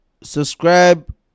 subscribe